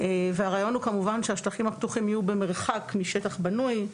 הרעיון הוא כמובן שהשטחים הפתוחים יהיו במרחק משטח בנוי.